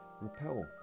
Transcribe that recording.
repel